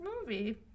movie